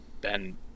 Ben